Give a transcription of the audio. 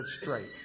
straight